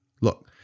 Look